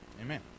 Amen